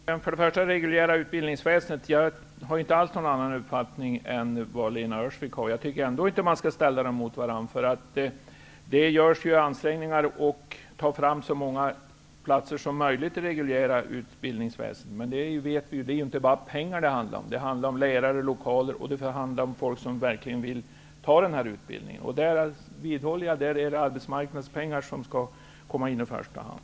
Herr talman! När det gäller det reguljära utbildningsväsendet har jag inte alls någon annan uppfattning än Lena Öhrsvik. Jag tycker ändå inte att man skall ställa olika åtgärder mot varandra. Det görs ansträngningar för att ta fram så många platser som möjligt i det reguljära utbildningsväsendet, men det handlar inte bara om pengar, utan också om lärare och lokaler och om folk som verkligen vill ha utbildningen. Jag vidhåller att det är arbetsmarknadspengar som skall komma in i första hand.